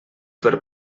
per